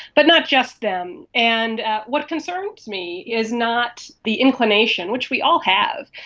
but not just them. and what concerns me is not the inclination, which we all have,